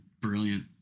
brilliant